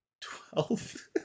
Twelve